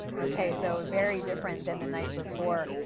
okay, so ah very different than the night before.